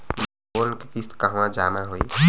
Loan के किस्त कहवा जामा होयी?